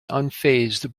unfazed